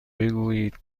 بگویید